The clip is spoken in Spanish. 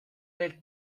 del